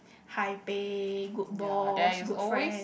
high pay good boss good friend